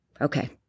Okay